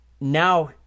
Now